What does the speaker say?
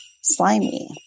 slimy